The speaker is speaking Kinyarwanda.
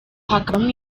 hakabamo